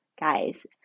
guys